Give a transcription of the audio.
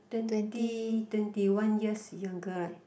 twenty twenty one years younger right